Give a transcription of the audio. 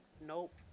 Nope